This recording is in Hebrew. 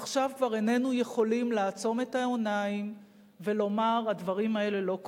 עכשיו כבר איננו יכולים לעצום את העיניים ולומר: הדברים האלה לא קורים.